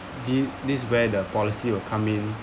this this where the policy will come in